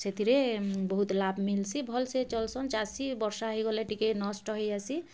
ସେଥିରେ ବହୁତ୍ ଲାଭ୍ ମିଲ୍ସି ଭଲ୍ସେ ଚଲ୍ସନ୍ ଚାଷୀ ବର୍ଷା ହେଇଗଲେ ଟିକେ ନଷ୍ଟ ହେଇଆସି